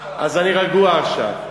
תחזור מההתחלה.